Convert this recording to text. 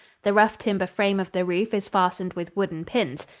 the rough timber frame of the roof is fastened with wooden pins.